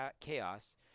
chaos